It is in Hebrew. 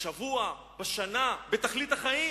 בשבוע, בשנה, בתכלית החיים